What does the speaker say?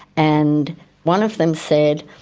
and one of them said,